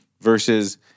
versus